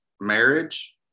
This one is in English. marriage